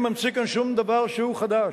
אגב, אני אינני ממציא כאן שום דבר שהוא חדש.